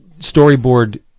storyboard